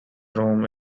home